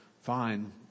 Fine